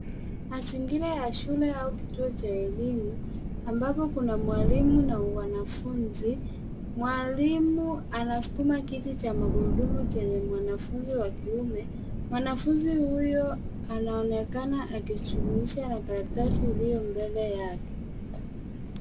Mazingira ya shule au kituo cha elimu ambapo kuna mwalimu na wanafunzi. Mwalimu anasukuma kiti cha magurudumu chenye mwanafunzi wa kiume. Mwanafunzi huyo anaonekana akijifundisha na karatasi iliyo mbele yake.